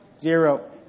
Zero